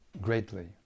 greatly